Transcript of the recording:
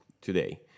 today